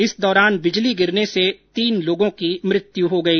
इस दौरान बिजली गिरने से तीन लोगों की मृत्यु हो गई